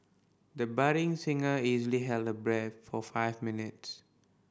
the budding singer easily held her breath for five minutes